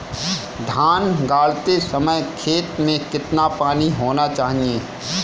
धान गाड़ते समय खेत में कितना पानी होना चाहिए?